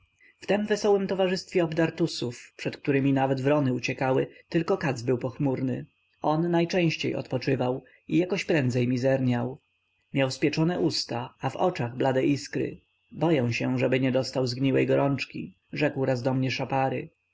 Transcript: w tem wesołem towarzystwie obdartusów przed którymi nawet wrony uciekały tylko katz był pochmurny on najczęściej odpoczywał i jakoś prędzej mizerniał miał spieczone usta a w oczach blade iskry boję się żeby nie dostał zgniłej gorączki rzekł raz do mnie szapary